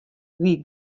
wie